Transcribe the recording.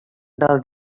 del